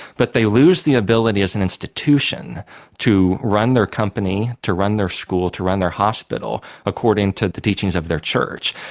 but they lose the ability as an institution to run their company, to run their school, to run their hospital according to the teachings of their church.